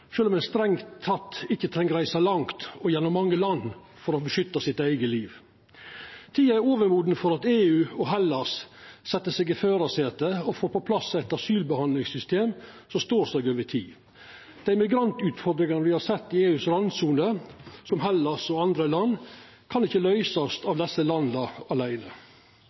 om ein strengt teke ikkje treng reise langt og gjennom mange land for å beskytta sitt eige liv. Tida er overmoden for at EU og Hellas set seg i førarsetet og får på plass eit asylbehandlingssystem som står seg over tid. Dei migrantutfordringane me har sett i randsona til EU, som i Hellas og andre land, kan ikkje løysast av desse landa